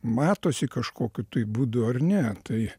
matosi kažkokiu būdu ar ne tai